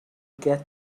get